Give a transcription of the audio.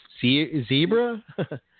zebra